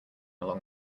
along